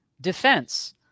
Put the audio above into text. defense